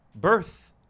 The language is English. birth